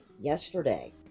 yesterday